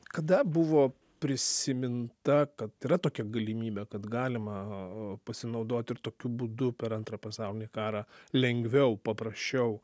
kada buvo prisiminta kad yra tokia galimybė kad galima pasinaudot ir tokiu būdu per antrą pasaulinį karą lengviau paprasčiau